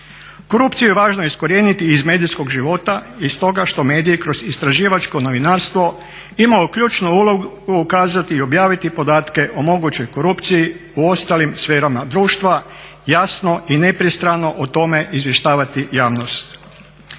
Korupciju je važno iskorijeniti i iz medijskog života i stoga što mediji kroz istraživačko novinarstvo imalo ključnu ulogu ukazati i objaviti podatke o mogućoj korupciji u ostalim sferama društva jasno i nepristrano o tome izvještavati javnost.